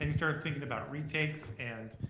and start thinking about retakes, and